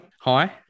hi